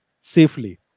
safely